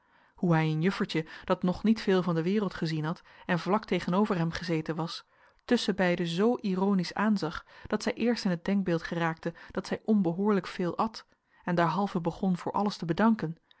hoe hij een juffertje dat nog niet veel van de wereld gezien had en vlak tegenover hem gezeten was tusschenbeide zoo ironisch aanzag dat zij eerst in t denkbeeld geraakte dat zij onbehoorlijk veel at en derhalve begon voor alles te bedanken